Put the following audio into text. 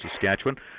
Saskatchewan